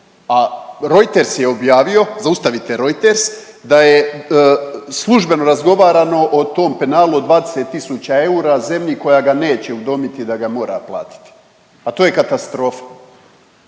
A Reuters je objavio zaustavite Reuters, da je službeno razgovarano o tom penalu od 20000 eura zemlji koja ga neće udomiti da ga mora platiti. Pa to je katastrofa!